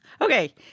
Okay